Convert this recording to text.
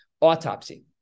autopsy